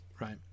right